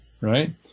right